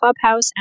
Clubhouse